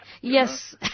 Yes